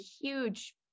huge